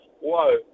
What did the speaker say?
whoa